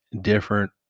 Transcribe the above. different